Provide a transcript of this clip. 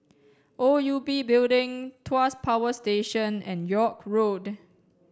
O U B Building Tuas Power Station and York Road